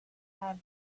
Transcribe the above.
have